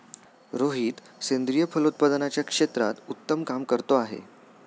रोहित सेंद्रिय फलोत्पादनाच्या क्षेत्रात उत्तम काम करतो आहे